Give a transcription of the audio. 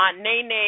Nene